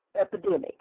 epidemic